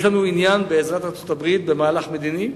יש לנו עניין בעזרת ארצות-הברית במהלך מדיני,